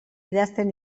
idazten